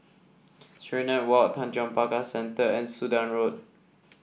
Serenade Walk Tanjong Pagar Centre and Sudan Road